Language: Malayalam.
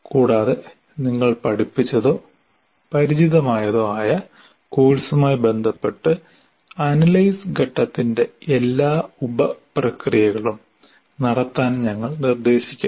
കൂടാതെ നിങ്ങൾ പഠിപ്പിച്ചതോ പരിചിതമായതോ ആയ കോഴ്സുമായി ബന്ധപ്പെട്ട് അനലൈസ് ഘട്ടത്തിന്റെ എല്ലാ ഉപ പ്രക്രിയകളും നടത്താൻ ഞങ്ങൾ നിർദ്ദേശിക്കുന്നു